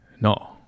No